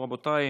רבותיי,